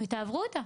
ותעברו אותה).